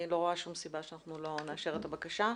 אני לא רואה שום סיבה שאנחנו לא נאשר את הבקשה.